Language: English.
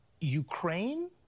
Ukraine